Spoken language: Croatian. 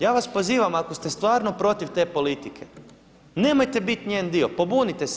Ja vas pozivam ako ste stvarno protiv te politike, nemojte biti njen dio, pobunite se.